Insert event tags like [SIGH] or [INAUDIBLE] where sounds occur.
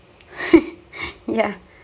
[LAUGHS] yeah